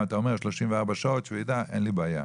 אתה אומר 34 שעות אין לי בעיה,